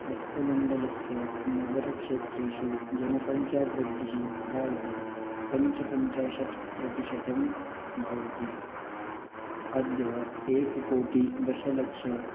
अस्य मण्डलस्य नगरक्षेत्रेषु जनसङ्ख्यावृद्धिः प्रायः पञ्चपञ्चाशत् प्रतिशतं भवति अद्य एककोटिः दशलक्षं